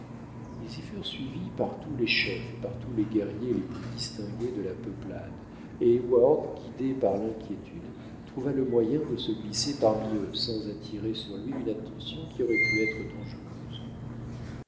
ils y furent suivis par tous les chefs et par tous les guerriers les plus distingués de la peuplade et heyward guidé par l'inquiétude trouva le moyen de se glisser parmi eux sans attirer sur lui une attention qui aurait pu être dangereuse